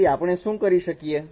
તેથી આપણે શું કરી શકીએ